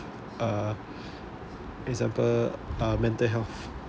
uh example uh mental health